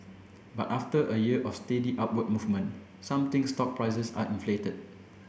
but after a year of steady upward movement some think stocks prices are inflated